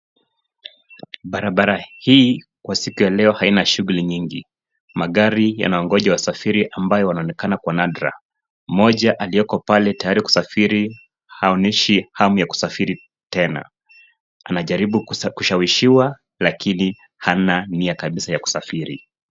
Barabara hii kwa siku ya leo haina shughuli nyingi. Magari yanangoja wasafiri ambayo wanaonekana kwa nadra. Mmoja alieko pale tayari kusafiri, haoneshi hamu ya kusafiri tene. Anajaribu kushawishiwa lakini hana nia kabisa ya kusafiri.